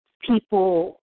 people